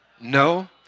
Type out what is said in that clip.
No